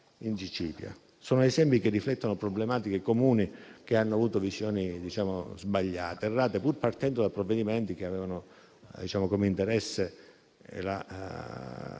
Sono esempi che riflettono problematiche comuni che hanno avuto visioni sbagliate, pur partendo da provvedimenti che avevano come interesse il